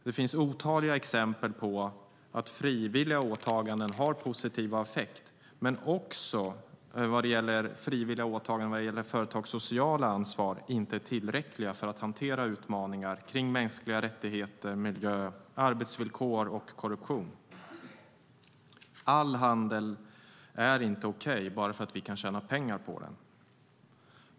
Det finns otaliga exempel på att frivilliga åtaganden har positiva effekter men också att frivilliga åtaganden vad gäller företags sociala ansvar inte är tillräckliga för att hantera utmaningar kring mänskliga rättigheter, miljö, arbetsvillkor och korruption. All handel är inte okej bara för att vi kan tjäna pengar på den.